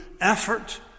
effort